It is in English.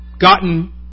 gotten